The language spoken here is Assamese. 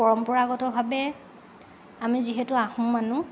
পৰম্পৰাগতভাৱে আমি যিহেতু আহোম মানুহ